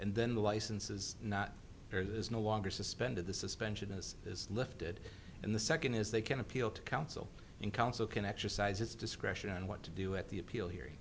and then the license is not there is no longer suspended the suspension is is lifted and the second is they can appeal to counsel and counsel can exercise its discretion on what to do at the appeal he